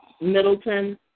Middleton